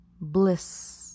bliss